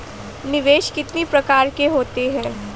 निवेश कितनी प्रकार के होते हैं?